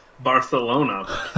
barcelona